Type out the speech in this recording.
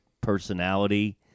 personality